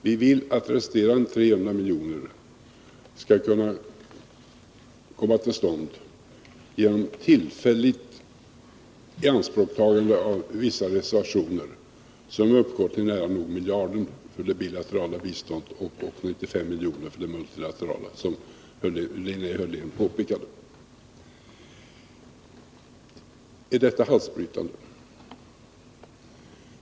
Vi vill att resterande 300 milj.kr. skall kunna komma till stånd genom tillfälligt ianspråktagande av vissa reservationer, som uppgår till nära nog miljarden för det bilaterala biståndet och till 95 milj.kr. för det multilaterala, som Linnea Hörlén påpekade. Är detta halsbrytande?